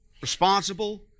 responsible